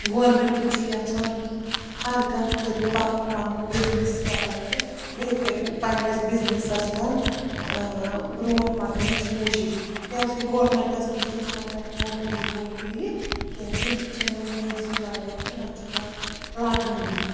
government تہِ چھُ یَژھان کہِ ہر کانٛہہ کٔرِن پَنُن پَنُن بِزنِس سِٹاٹ تہٕ بیٚیہِ کٔرِن پنٛنِس بِزنِسَس منٛز برٛونٛٹھ پَکنٕچ کوٗشِش کیٛازِکہِ گورمٮ۪نٛٹَس نِش تہِ چھَنہٕ وۄنۍ نوکری ووکری کیٚنٛہہ تِم تہِ چھِنہٕ وۄنۍ کٲنٛسی لاگان تہٕ نہ چھُ کانٛہہ لَگٲنی